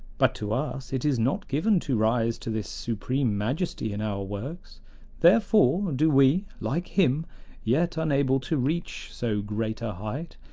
but to us it is not given to rise to this supreme majesty in our works therefore do we, like him yet unable to reach so great a height,